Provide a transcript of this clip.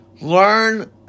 learn